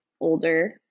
older